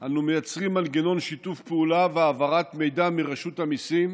אנחנו מייצרים מנגנון שיתוף פעולה והעברת מידע מרשות המיסים